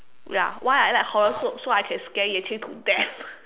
ya why I like horror so so I can scare Yue-Qing to death